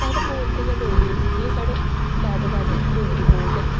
साढ़ै बोलदे गै डोगरी न जि'यां साढ़े दादा दादी डोगरी बोलदे न